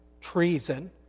treason